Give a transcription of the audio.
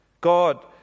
God